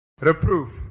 Reproof